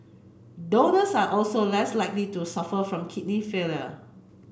donors are also less likely to suffer from kidney failure